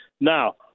Now